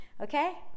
okay